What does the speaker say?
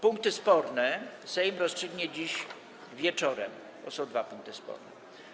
Punkty sporne Sejm rozstrzygnie dziś wieczorem, są dwa punkty sporne.